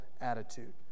attitude